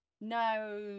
No